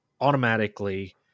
automatically